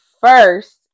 first